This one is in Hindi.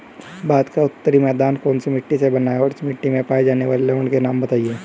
भारत का उत्तरी मैदान कौनसी मिट्टी से बना है और इस मिट्टी में पाए जाने वाले लवण के नाम बताइए?